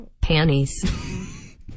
Panties